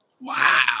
wow